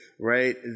right